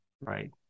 right